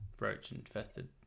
roach-infested